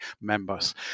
members